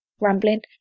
rambling